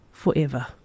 forever